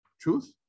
truth